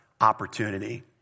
opportunity